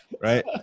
Right